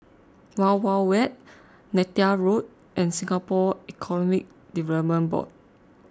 Wild Wild Wet Neythal Road and Singapore Economic Development Board